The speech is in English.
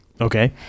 Okay